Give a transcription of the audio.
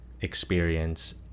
experience